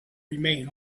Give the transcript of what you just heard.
remain